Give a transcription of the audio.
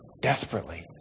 desperately